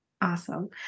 Awesome